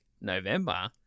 November